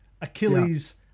Achilles